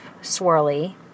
swirly